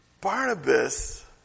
Barnabas